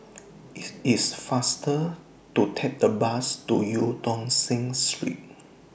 IT IS faster to Take The Bus to EU Tong Sen Street